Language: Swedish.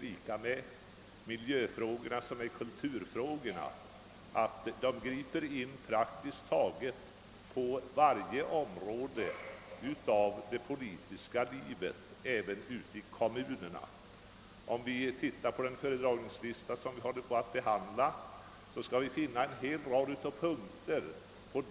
Liksom kulturfrågorna griper miljöfrågorna in på praktiskt taget varje område av det politiska livet även i kommunerna. Om vi tittar på dagens föredragningslista här i kammaren, finner vi att en rad punkter på